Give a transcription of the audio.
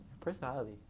personality